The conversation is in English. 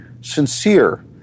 sincere